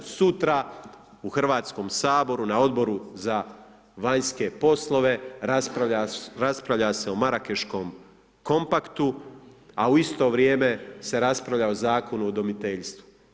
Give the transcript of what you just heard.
Sutra u HS-u na Odboru za vanjske poslove, raspravlja se o Marakeškom kompaktu, a u isto vrijeme se raspravlja o Zakonu o udomiteljstvu.